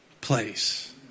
place